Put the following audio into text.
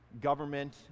government